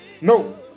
No